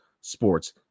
sports